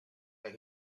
that